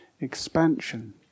expansion